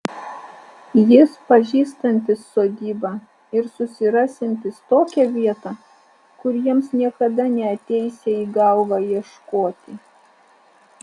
jis pažįstantis sodybą ir susirasiantis tokią vietą kur jiems niekada neateisią į galvą ieškoti